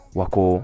wako